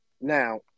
now